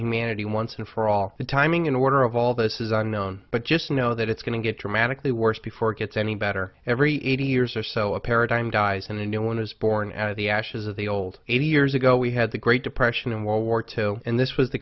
humanity once and for all the timing in order of all this is unknown but just know that it's going to get dramatically worse before it gets any better every eighty years or so a paradigm dies and a new one is born out of the ashes of the old eighty years ago we had the great depression and world war two in this was the